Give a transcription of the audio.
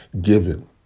given